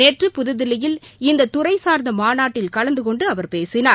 நேற்று புதுதில்லியில் இந்த துறை சார்ந்த மாநாட்டில் கலந்து கொண்டு அவர் பேசினார்